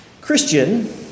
Christian